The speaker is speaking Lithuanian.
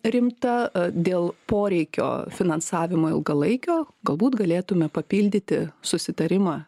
rimta dėl poreikio finansavimo ilgalaikio galbūt galėtume papildyti susitarimą